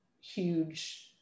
huge